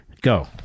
go